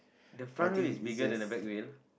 the front wheel is bigger than the back wheel